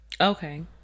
Okay